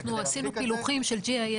אנחנו עשינו פילוחים של GIS,